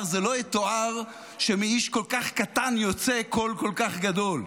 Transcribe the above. זה לא יתואר שמאיש כל כך קטן יוצא קול כל כך גדול.